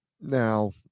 Now